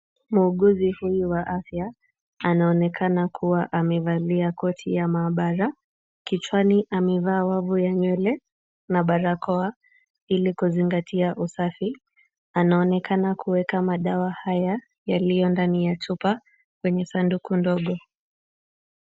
Muuguzi huyu wa afya anaonekana kuwa amevalia koti ya maabara. Kichwani amevaa wavu ya nywele na barakoa ili kuzingatia usafi. Anaonekana kuweka madawa haya yaliyo ndani ya chupa kwenye sanduku ndogo.